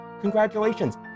congratulations